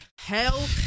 Hell